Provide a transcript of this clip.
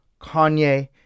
Kanye